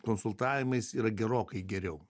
konsultavimas yra gerokai geriau